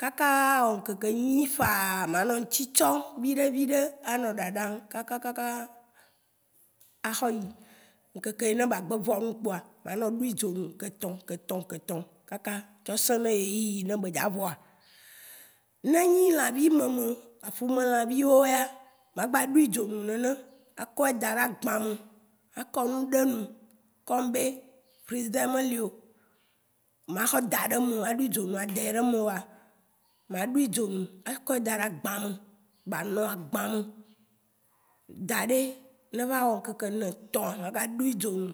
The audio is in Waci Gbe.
kakaa wɔ ŋ'keke nyi fãa. Ma nɔ ŋ'tsi tsɔ viɖé viɖé a nɔ ɖaɖam kakakaa a xe yi. Ŋ'keke yi nɛ be gbé vɔ num kpoa. Ma nɔ ɖui dzo nu ŋ'kétɔ ŋ'ketɔ, ŋ'ketɔ kaka sɔ sĩ nɛ éyiyi ne be dza vɔa. Né ényi lãvi mèmè, aƒumèlãvio yéa, ma gba ɖui dzo nu nènè, akɔe daɖɛ agbãmɛ, a kɔ nu ɖénu. Kɔm be frigidè meleo ma xɔ daɖémeo, ma ɖui dzo nu a dède medaoa, ma ɖui dzo nu a kɔɛ daɖɛ agbã me ba nɔ agbã mɛ daɖɛ. Né éva ŋ'kéké nɛ étɔ̃a, ma ga ɖui dzo nu.